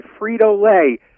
Frito-Lay